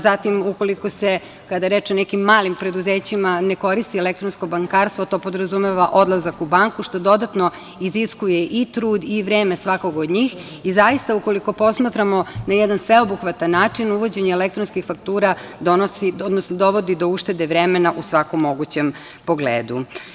Zatim, kada je reč o nekim malim preduzećima koja ne koriste elektronsko bankarstvo, to podrazumeva odlazak u banku, što dodatno iziskuje i trud i vreme svakog od njih i zaista, ukoliko posmatramo na jedan sveobuhvatan način, uvođenje elektronskih faktura dovodi do uštede vremena u svakom mogućem pogledu.